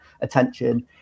attention